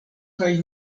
kaj